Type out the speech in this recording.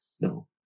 No